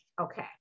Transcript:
Okay